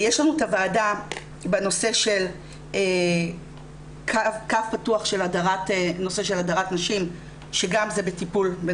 יש לנו את הוועדה בנושא של קו פתוח בנושא הדרת נשים שגם זה בטיפול.